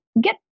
get